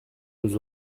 nous